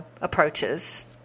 approaches